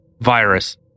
virus